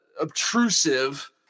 obtrusive